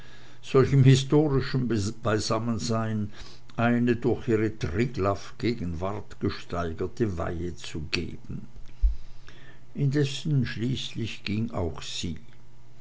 solchem historischen beisammensein eine durch ihre triglaffgegenwart gesteigerte weihe zu geben indessen schließlich ging auch sie